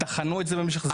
וטחנו את זה במשך זמן רב,